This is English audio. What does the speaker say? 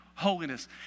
holiness